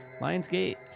Lionsgate